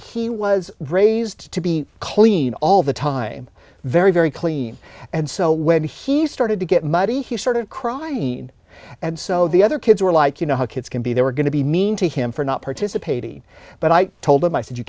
he was raised to be clean all the time very very clean and so when he started to get muddy he's sort of crying and so the other kids were like you know how kids can be they were going to be mean to him for not participating but i told him i said you